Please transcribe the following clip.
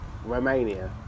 Romania